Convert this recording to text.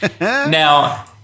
Now